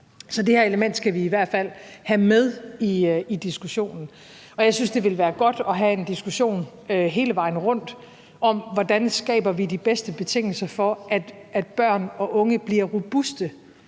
Så det her element skal vi i hvert fald have med i diskussionen. Jeg synes, det ville være godt at have en diskussion hele vejen rundt om, hvordan vi skaber de bedste betingelser for, at børn og unge bliver robuste